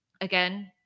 Again